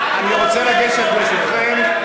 לוועדת, אני רוצה לגשת, ברשותכם,